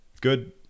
good